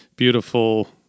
beautiful